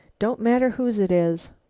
don't matter whose it is.